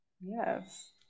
Yes